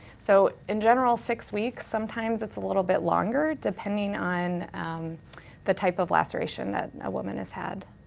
so in general, six weeks. sometimes it's a little bit longer, depending on the type of laceration that a woman has had.